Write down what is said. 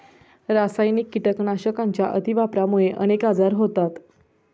रासायनिक कीटकनाशकांच्या अतिवापरामुळे अनेक आजार होतात